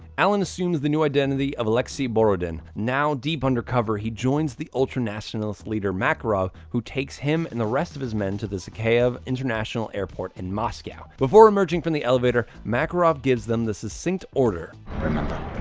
allen assumes the new identity of alexei borodin, now deep undercover he joins the ultra-nationalist leader, makarov, who takes him and the rest of his men to the zakhaev international airport in moscow. before emerging from the elevator, makarov gives them the succinct order remember,